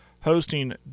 hosting